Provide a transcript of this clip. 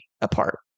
apart